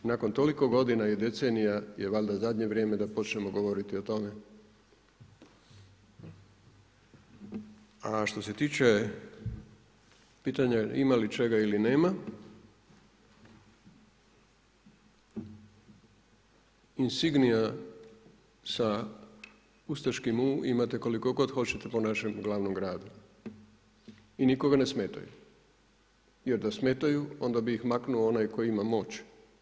Nakon toliko godina i decenija je valjda zadnje vrijeme da počnemo govoriti o tome a što se tiče pitanje ima li čega ili nema, insigira sa ustaškim imate koliko god hoćete po našem glavnom gradu i nikoga ne smetaju, jer da smetaju, onda bi ih maknuo onaj tko ima moć.